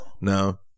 No